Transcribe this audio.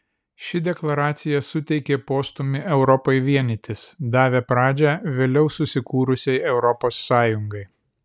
ši deklaracija suteikė postūmį europai vienytis davė pradžią vėliau susikūrusiai europos sąjungai